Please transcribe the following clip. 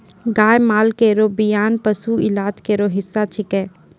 गाय माल केरो बियान पशु इलाज केरो हिस्सा छिकै